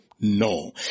No